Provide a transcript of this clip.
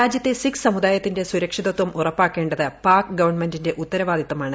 രാജ്യത്തെ സിഖ് സമുദായത്തിന്റെ സുരക്ഷിതത്വം ഉറപ്പാക്കേണ്ടത് പാക് ഗവൺമെന്റിന്റെ ഉത്തരവാദിത്തമാണ്